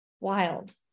Wild